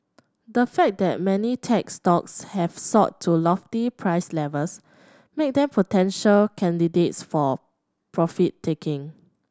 the fact that many tech stocks have soared to lofty price levels make them potential candidates for profit taking